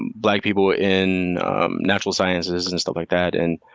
black people in natural sciences and stuff like that. and